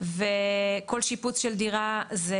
וכל שיפוץ של דירה זה